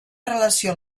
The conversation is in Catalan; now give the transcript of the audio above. relació